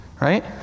Right